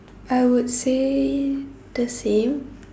I would say the same